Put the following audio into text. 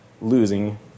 losing